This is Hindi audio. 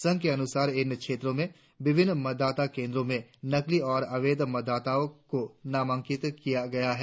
संघ के अनुसार इन क्षेत्रों के विभिन्न मतदान केंद्रों में नकली और अवैध मतदाताओं को नामांकित किया गया है